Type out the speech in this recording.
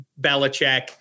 Belichick